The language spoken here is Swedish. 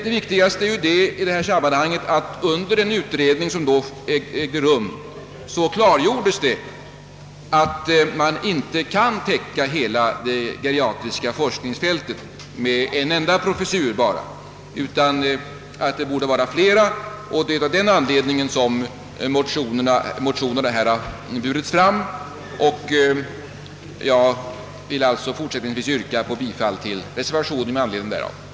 Det viktigaste i detta sammanhang är emellertid att det under den utredning som då ägde rum klargjordes, att man inte kunde täcka hela det geriatriska forskningsfältet med en enda professur, utan att det borde vara flera professurer. Detta är anledningen till att motioner har väckts i denna fråga. Jag ber därför, herr talman, att få yrka bifall till den reservation, nr 6, som fogats till utlåtandet med anledning av dessa motioner.